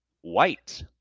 white